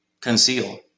conceal